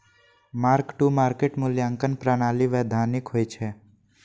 mark to market मूल्यांकन प्रणाली वैधानिक होइ छै